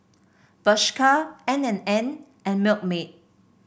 Bershka N And N and Milkmaid